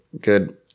Good